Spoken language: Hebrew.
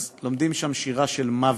אז לומדים שם שירה של מוות,